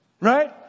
Right